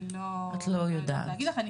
אני לא יודעת להגיד לך.